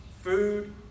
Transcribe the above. food